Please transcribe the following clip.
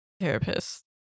therapist